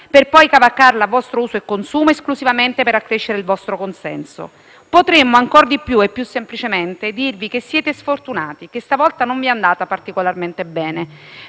per poi cavalcarla a vostro uso e consumo esclusivamente per accrescere il vostro consenso. Potremmo ancor di più e più semplicemente, dirvi che siete sfortunati, che stavolta non vi è andata particolarmente bene.